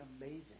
amazing